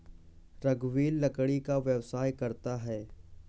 रघुवीर लकड़ी का व्यवसाय करता है